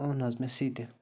اوٚن حظ مےٚ سُتہِ